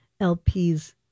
LPs